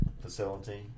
facility